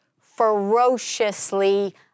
ferociously